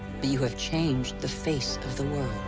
but you have changed the face of the world.